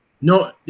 No